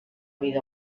vida